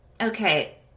okay